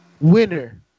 winner